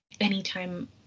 anytime